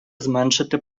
зменшити